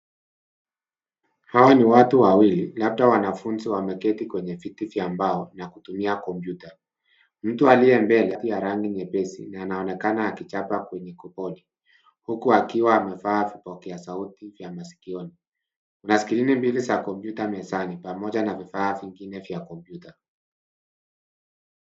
Hawa ni watu wawili, labda wanafunzi wameketi kwenye viti vya mbao na kutumia kompyuta. Mtu aliye mbele pia rangi nyepesi na anaonekana akichapa kwenye kibodi huku akiwa amevaa vipokea sauti vya masikioni. Kuna skrini mbili za kompyuta mezani pamoja na vifaa vingine vya kompyuta.